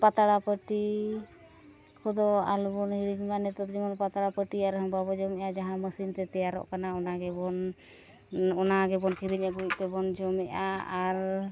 ᱯᱟᱛᱲᱟ ᱯᱟᱹᱴᱤ ᱠᱚᱫᱚ ᱟᱞᱚᱵᱚᱱ ᱦᱤᱲᱤᱧᱼᱢᱟ ᱱᱤᱛᱚᱜ ᱫᱚ ᱡᱮᱢᱚᱱ ᱯᱟᱛᱲᱟ ᱯᱟᱹᱴᱤ ᱡᱟᱦᱟᱸ ᱢᱮᱹᱥᱤᱱ ᱛᱮ ᱛᱮᱭᱟᱨᱚᱜ ᱠᱟᱱᱟ ᱚᱱᱟ ᱜᱮᱵᱚᱱ ᱚᱱᱟ ᱜᱮᱵᱚᱱ ᱠᱤᱨᱤᱧ ᱟᱹᱜᱩᱭᱮᱫ ᱛᱮᱵᱚᱱ ᱡᱚᱢᱮᱫᱼᱟ ᱟᱨ